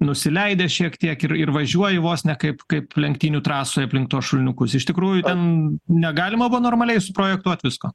nusileidęs šiek tiek ir ir važiuoji vos ne kaip kaip lenktynių trasoj aplink tuos šuliniukus iš tikrųjų ten negalima buvo normaliai suprojektuot visko